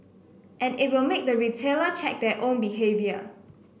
and it will make the retailer check their own behaviour